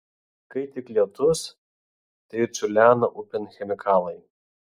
kai tik lietus tai ir čiurlena upėn chemikalai